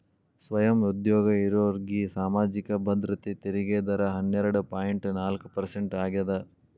ಸ್ವಯಂ ಉದ್ಯೋಗ ಇರೋರ್ಗಿ ಸಾಮಾಜಿಕ ಭದ್ರತೆ ತೆರಿಗೆ ದರ ಹನ್ನೆರಡ್ ಪಾಯಿಂಟ್ ನಾಲ್ಕ್ ಪರ್ಸೆಂಟ್ ಆಗ್ಯಾದ